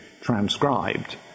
transcribed